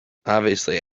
obviously